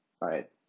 right